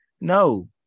No